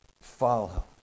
follow